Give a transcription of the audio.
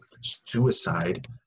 suicide